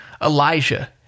Elijah